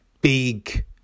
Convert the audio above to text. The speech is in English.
big